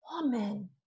woman